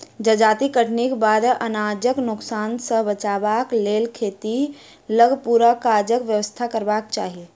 जजाति कटनीक बाद अनाजक नोकसान सॅ बचबाक लेल खेतहि लग पूरा काजक व्यवस्था करबाक चाही